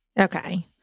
Okay